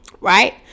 right